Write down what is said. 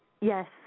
Yes